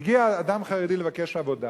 מגיע אדם חרדי לבקש עבודה,